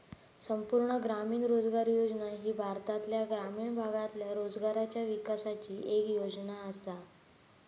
संपूर्ण ग्रामीण रोजगार योजना ही भारतातल्या ग्रामीण भागातल्या रोजगाराच्या विकासाची येक योजना आसा